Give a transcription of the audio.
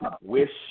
Wish